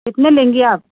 इतने लेंगी आप